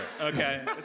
Okay